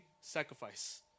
sacrifice